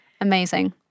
Amazing